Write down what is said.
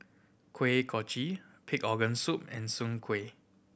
Kuih Kochi pig organ soup and Soon Kueh